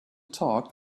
talk